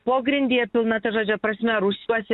pogrindyje pilna ta žodžio prasme rūsiuose